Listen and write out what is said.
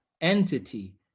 entity